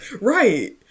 Right